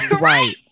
Right